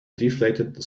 deflated